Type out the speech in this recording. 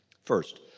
First